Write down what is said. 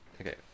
Okay